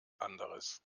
anderes